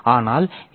ஆனால் எஸ்